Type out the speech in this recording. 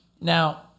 Now